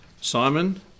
Simon